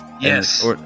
yes